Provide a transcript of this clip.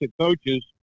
coaches